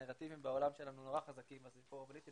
הנרטיבים בעולם שלנו הם נורא חזקים בסיפור הפוליטי,